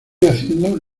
haciendo